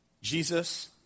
Jesus